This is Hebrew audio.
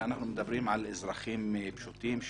אנחנו מדברים על אזרחים פשוטים,